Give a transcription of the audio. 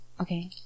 Okay